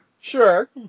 Sure